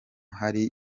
hari